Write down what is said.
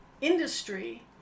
industry